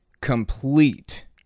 complete